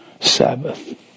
sabbath